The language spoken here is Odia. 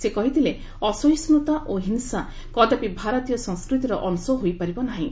ସେ କହିଥିଲେ ଅସହିଷ୍ଠୁତା ଓ ହିଂସା କଦାପି ଭାରତୀୟ ସଂସ୍କୃତିର ଅଂଶ ହୋଇପାରିବ ନାହିଁ